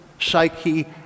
psyche